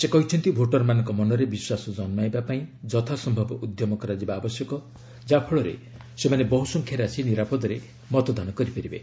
ସେ କହିଛନ୍ତି ଭୋଟରମାନଙ୍କ ମନରେ ବିଶ୍ୱାସ ଜନ୍କାଇବା ପାଇଁ ଯଥା ସମ୍ଭବ ଉଦ୍ୟମ କରାଯିବା ଆବଶ୍ୟକ ଯାହା ଫଳରେ ସେମାନେ ବହୁସଂଖ୍ୟାରେ ଆସି ନିରାପଦରେ ମତଦାନ କରିପାରିବେ